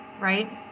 right